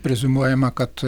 preziumuojama kad